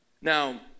now